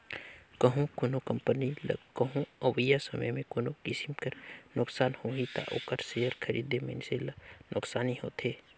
कहों कोनो कंपनी ल कहों अवइया समे में कोनो किसिम कर नोसकान होही ता ओकर सेयर खरीदे मइनसे ल नोसकानी होथे